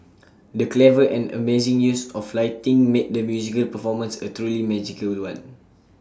the clever and amazing use of lighting made the musical performance A truly magical one